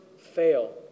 fail